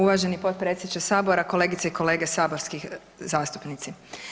Uvaženi potpredsjedniče Sabora, kolegice i kolege saborski zastupnici.